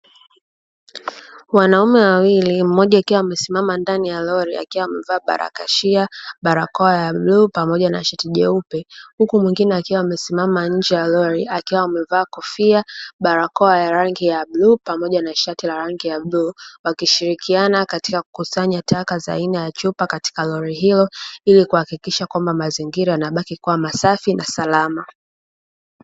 Wanaume wawili mmoja akiwa amesimama ndani ya lori akiwa amevaa baraghashia barakoa ya bluu pamoja na shati jeupe. Huku mwingine akiwa amesimama nje ya lori akiwa amevaa kofia, barakoa ya rangi ya bluu pamoja na shati la rangi ya bluu wakishirikia katika kukusanya taka za aina ya chupa katika lori hiyo, ili kuhakikisha mazingira yanabaki kuwa safi na salama.